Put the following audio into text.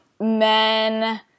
men